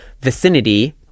vicinity